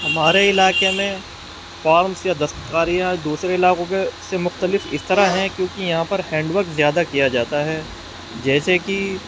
ہمارے علاقے میں فارمس یا دستکاریاں دوسرے علاقوں کے سے مختلف اس طرح ہیں کیونکہ یہاں پر ہینڈ ورک زیادہ کیا جاتا ہے جیسے کہ